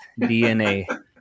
DNA